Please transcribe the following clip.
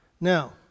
Now